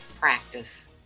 practice